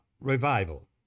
revival